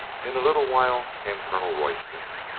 in a little while came colonel royston.